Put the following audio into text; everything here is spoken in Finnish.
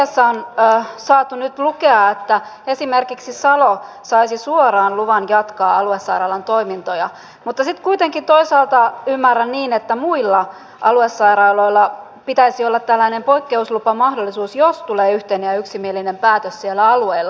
mediasta on saatu nyt lukea että esimerkiksi salo saisi suoraan luvan jatkaa aluesairaalan toimintoja mutta sitten kuitenkin toisaalta ymmärrän niin että muilla aluesairaaloilla pitäisi olla tällainen poikkeuslupamahdollisuus jos tulee yhteinen ja yksimielinen päätös siellä alueella